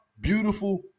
Beautiful